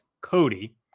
cody